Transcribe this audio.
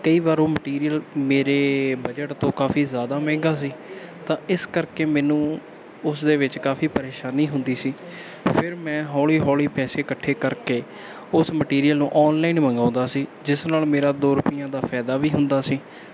ਕਈ ਵਾਰ ਉਹ ਮਟੀਰੀਅਲ ਮੇਰੇ ਬਜਟ ਤੋਂ ਕਾਫੀ ਜ਼ਿਆਦਾ ਮਹਿੰਗਾ ਸੀ ਤਾਂ ਇਸ ਕਰਕੇ ਮੈਨੂੰ ਉਸ ਦੇ ਵਿੱਚ ਕਾਫੀ ਪਰੇਸ਼ਾਨੀ ਹੁੰਦੀ ਸੀ ਫਿਰ ਮੈਂ ਹੌਲੀ ਹੌਲੀ ਪੈਸੇ ਇਕੱਠੇ ਕਰਕੇ ਉਸ ਮਟੀਰੀਅਲ ਨੂੰ ਔਨਲਾਈਨ ਮੰਗਵਾਉਂਦਾ ਸੀ ਜਿਸ ਨਾਲ ਮੇਰਾ ਦੋ ਰੁਪਈਆਂ ਦਾ ਫਾਇਦਾ ਵੀ ਹੁੰਦਾ ਸੀ